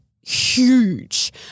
huge